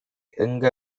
எங்க